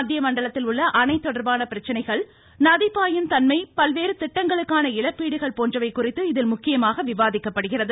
மத்திய மண்டலத்தில் உள்ள அணை தொடர்பான பிரச்சினைகள் நதி பாயும் தன்மை பல்வேறு திட்டங்களுக்கான இழப்பீடுகள் போன்றவை குறித்து இதில் விவாதிக்கப்படுகிறது